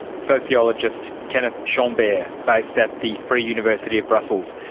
sociologist kenneth chambaere, based at the free university of brussels,